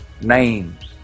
names